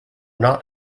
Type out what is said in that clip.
not